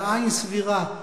אלא עין סבירה,